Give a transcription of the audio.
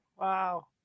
Wow